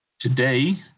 Today